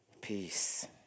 Peace